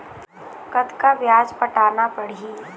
कतका ब्याज पटाना पड़ही?